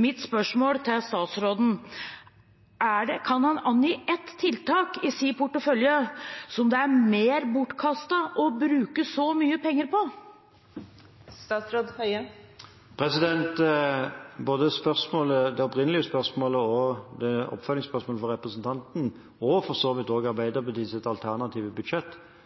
Mitt spørsmål til statsråden er: Kan han angi ett tiltak i sin portefølje som det er mer bortkastet å bruke så mye penger på? Både det opprinnelige spørsmålet og oppfølgingsspørsmålet fra representanten – og for så vidt også Arbeiderpartiets alternative budsjett